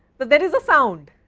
but there is a sound.